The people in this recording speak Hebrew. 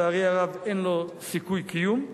לצערי הרב אין לו סיכוי קיום.